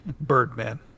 Birdman